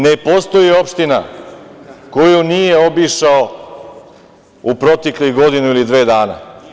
Ne postoji opština koju nije obišao u proteklih godinu ili dve dana.